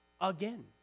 again